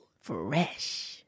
Fresh